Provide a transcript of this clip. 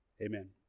Amen